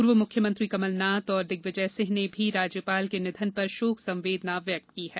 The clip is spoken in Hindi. पूर्व मुख्यमंत्री कमलनाथ और दिग्विजय सिंह ने भी राज्यपाल के निधन पर शोक संवेदना व्यक्त किया है